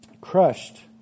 crushed